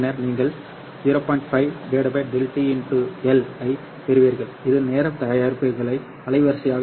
5 ∆ τ L ஐப் பெறுவீர்கள் இது நேர தயாரிப்புக்கான அலைவரிசையாக இருக்கும்